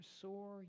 sore